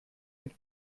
mit